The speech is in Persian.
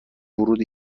ورود